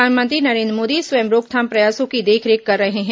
प्रधानमंत्री नरेन्द्र मोदी स्वयं रोकथाम प्रयासों की देखरेख कर रहे हैं